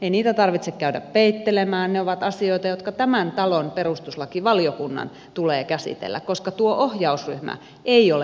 ei niitä tarvitse käydä peittelemään ne ovat asioita jotka tämän talon perustuslakivaliokunnan tulee käsitellä koska tuo ohjausryhmä ei ole perustuslakivaliokunta